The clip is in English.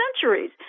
centuries